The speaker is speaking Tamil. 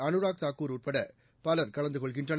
அனுராக் தாக்கூர் உட்பட பலர் கலந்து கொள்கின்றனர்